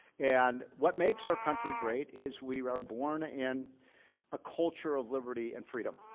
and what makes our country great is we are born in a culture of liberty and freedom.